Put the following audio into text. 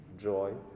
Joy